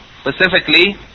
specifically